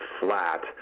flat